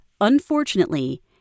unfortunately